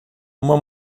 uma